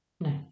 No